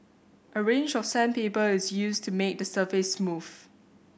a range of sandpaper is used to make the surface smooth